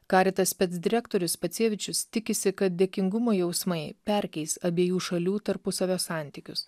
karitas spec direktorius pacevičius tikisi kad dėkingumo jausmai perkeis abiejų šalių tarpusavio santykius